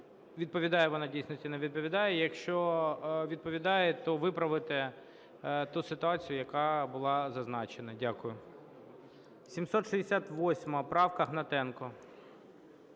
відповідає вона дійсності, не відповідає. Якщо відповідає, то виправити ту ситуацію, яка була зазначена. Дякую. 768 правка, Гнатенко.